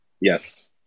yes